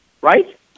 right